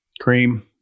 cream